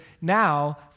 now